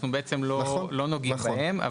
אנחנו בעצם לא נוגעים בהם.